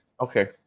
okay